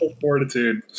fortitude